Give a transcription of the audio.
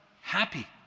happy